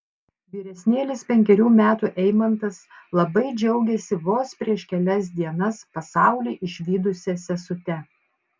vyresnėlis penkerių metų eimantas labai džiaugiasi vos prieš kelias dienas pasaulį išvydusia sesute